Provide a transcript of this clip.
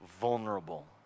vulnerable